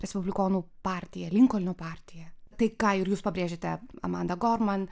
respublikonų partija linkolno partija tai ką ir jūs pabrėžiate amanda gorman